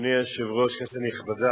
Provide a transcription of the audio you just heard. אדוני היושב-ראש, כנסת נכבדה,